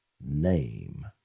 name